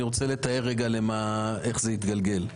אני רוצה לתאר איך זה התגלגל.